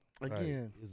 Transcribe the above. Again